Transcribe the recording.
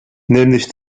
nämlich